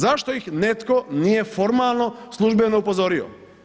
Zašto ih netko nije formalno, službeno upozorio?